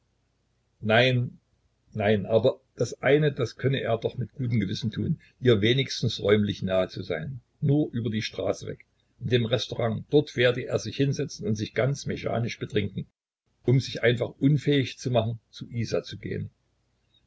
nein nein aber das eine das könne er doch mit gutem gewissen tun ihr wenigstens räumlich nahe zu sein nur über die straße weg in dem restaurant dort werde er sich hinsetzen und sich ganz mechanisch betrinken um sich einfach unfähig zu machen zu isa zu gehen